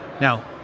now